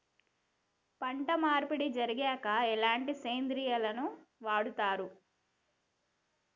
పంట మార్పిడి జరిగాక ఎలాంటి సేంద్రియాలను వాడుతం?